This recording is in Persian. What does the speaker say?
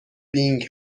بینگ